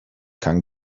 kann